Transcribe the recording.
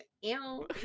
ew